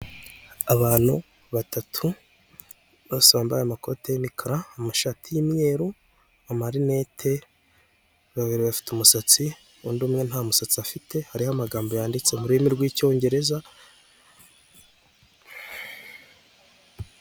Abantu batatu bose bambaye amakoti y'imikara, amashati y'umweru, amarinete babiri bafite umusatsi, undi umwe nta musatsi afite hariho amagambo yanditse murimi rw'icyongereza.